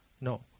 No